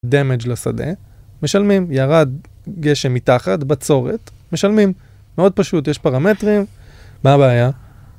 Damage לשדה, משלמים ירד גשם מתחת, בצורת, משלמים, מאוד פשוט, יש פרמטרים, מה הבעיה?